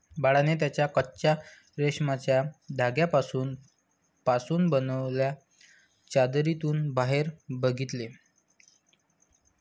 बाळाने त्याच्या कच्चा रेशमाच्या धाग्यांपासून पासून बनलेल्या चादरीतून बाहेर बघितले